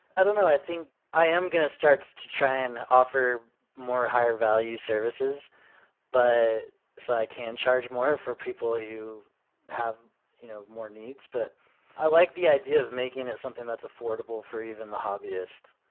i don't know. i think i am going to start to try and offer more higher value services but so i can charge more for people who have you know more needs. but i like the idea of making something that's affordable for even the hobbyist.